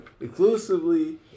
exclusively